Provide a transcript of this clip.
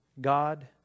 God